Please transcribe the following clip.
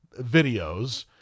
videos